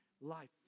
life